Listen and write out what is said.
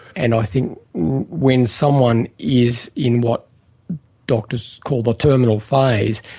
and i think when someone is in what doctors call the terminal phase,